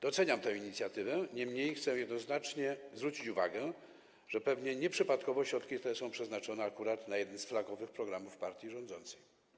Doceniam tę inicjatywę, niemniej chcę jednoznacznie zwrócić uwagę, że pewnie nieprzypadkowo środki te są przeznaczone akurat na jeden z flagowych programów partii rządzącej.